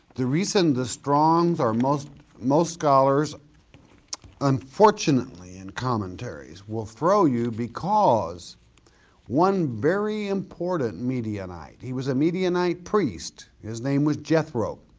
the reason the strong's or most most scholars unfortunately in commentaries will throw you because one very important midianite, he was a midianite priest, his name was jethro,